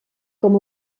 com